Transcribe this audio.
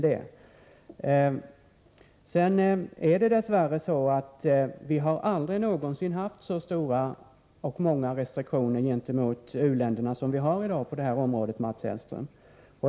Sedan är det dess värre så att vi aldrig någonsin har haft så många eller så omfattande restriktioner gentemot u-länderna som vi har i dag på detta område, Mats Hellström.